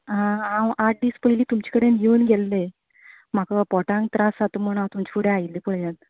हां हांव आठ दीस पयलीं तुमचे कडेन येवन गेल्लें म्हाका पोटांक त्रास जाता म्हणून हांव तुमच्या फुड्या आयिल्लें पळयात